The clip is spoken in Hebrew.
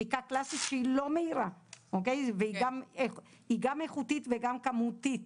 בדיקה קלאסית שהיא לא מהירה והיא גם איכותית וגם כמותית.